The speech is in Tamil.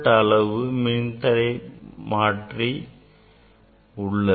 அடுத்து மின்தடை மாற்றி உள்ளது